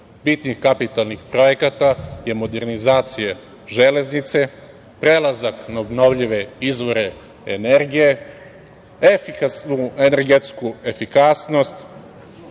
bitnih kapitalnih projekata je modernizacija železnice, prelazak na obnovljive izvore energije, efikasna energetska efikasnost